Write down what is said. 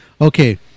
Okay